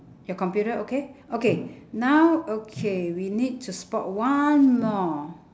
your computer okay okay now okay we need to spot one more